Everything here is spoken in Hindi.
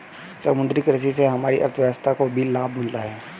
समुद्री कृषि से हमारी अर्थव्यवस्था को भी लाभ मिला है